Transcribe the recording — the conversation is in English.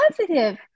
positive